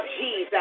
Jesus